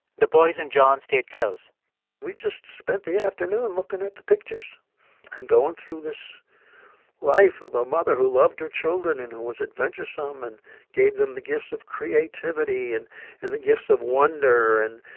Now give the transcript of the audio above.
the boys and john stayed close we just spent the afternoon looking at the pictures and going through this life of a mother who loved her children and who was adventuresome and gave them the gifts of creativity and and the gifts of wonder and,